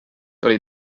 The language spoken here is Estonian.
oli